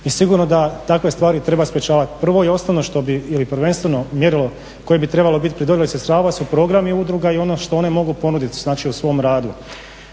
i sigurno da takve stvari treba sprječavati. Prvo i osnovno što bi ili prvenstveno mjerilo koje bi trebalo biti … su programi udruga i ono što one mogu ponuditi, znači u svom radu.